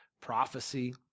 prophecy